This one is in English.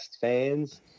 fans